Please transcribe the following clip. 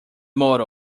motto